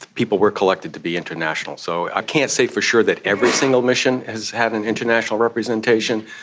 people were collected to be international. so i can't say for sure that every single mission has had an international representation,